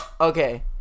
okay